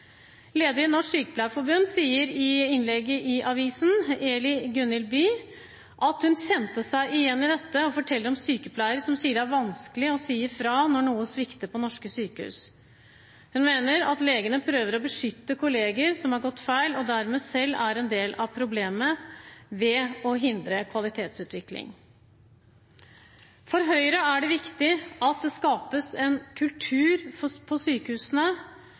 i Norsk Sykepleierforbund, Eli Gunhild By, sier i innlegget i avisen at hun kjente seg igjen i dette, og forteller om sykepleiere som sier det er vanskelig å si fra når noe svikter på norske sykehus. Hun mener at legene prøver å beskytte kolleger som har begått feil, og dermed selv er en del av problemet ved å hindre kvalitetsutvikling. For Høyre er det viktig at det skapes en kultur på sykehusene for